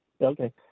Okay